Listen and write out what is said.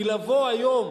כי לבוא היום,